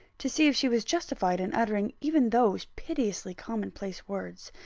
to see if she was justified in uttering even those piteously common-place words.